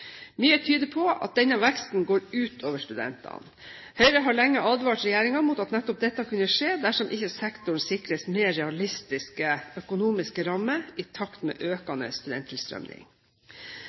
Mye tyder på at denne veksten går ut over studentene. Høyre har lenge advart regjeringen mot at nettopp dette kunne skje dersom ikke sektoren sikres mer realistiske økonomiske rammer i takt med økende studenttilstrømning.